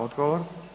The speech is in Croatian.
Odgovor.